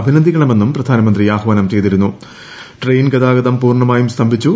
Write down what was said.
അഭിനന്ദിക്കണമെന്നും പ്രധാനമന്ത്രി ആഹ്വാനം ട്രെയിൻ ഗതാഗതം പൂർണമായും സ്തംഭിച്ചു